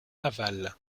aval